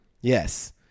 Yes